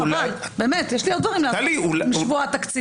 יש לי עוד דברים לעשות בשבוע התקציב.